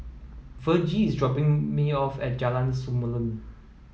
Virgie is dropping me off at Jalan Samulun